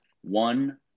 One